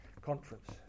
conference